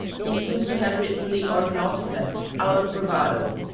he seems to have written the argonautica out of bravado,